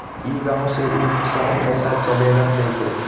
ई गांव से ऊ शहर पैसा चलेगा जयते?